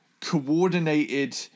coordinated